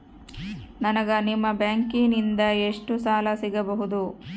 ನನಗ ನಿಮ್ಮ ಬ್ಯಾಂಕಿನಿಂದ ಎಷ್ಟು ಸಾಲ ಸಿಗಬಹುದು?